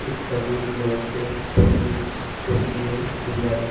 Istanbul London Paris Tokyo Dubai